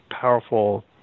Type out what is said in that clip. Powerful